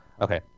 Okay